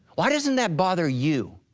why doesn't that bother you?